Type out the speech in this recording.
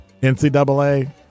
NCAA